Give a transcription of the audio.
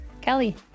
Kelly